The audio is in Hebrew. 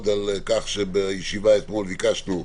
בישיבה אתמול ביקשנו,